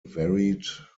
varied